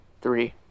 three